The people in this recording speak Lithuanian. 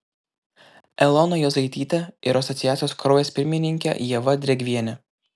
elona juozaityte ir asociacijos kraujas pirmininke ieva drėgviene